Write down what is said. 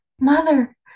mother